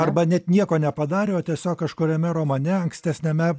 arba net nieko nepadarė o tiesiog kažkuriame romane ankstesniame